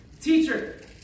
Teacher